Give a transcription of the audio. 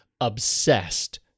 obsessed